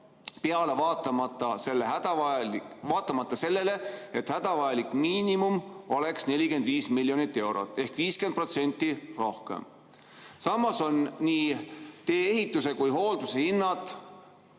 peale, vaatamata sellele, et hädavajalik miinimum oleks 45 miljonit eurot ehk 50% rohkem. Samas on nii tee-ehituse kui ka ‑hoolduse hinnad